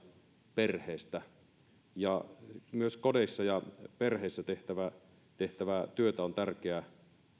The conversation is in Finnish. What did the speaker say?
perheestä myös kodeissa ja perheissä tehtävää tehtävää työtä on tärkeä